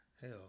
hell